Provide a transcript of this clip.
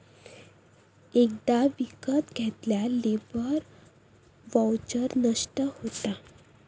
एकदा विकत घेतल्यार लेबर वाउचर नष्ट होता